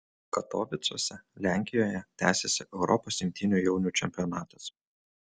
katovicuose lenkijoje tęsiasi europos imtynių jaunių čempionatas